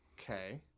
Okay